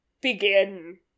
begin